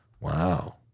Wow